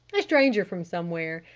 a stranger from somewhere.